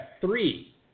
three